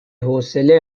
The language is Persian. حوصله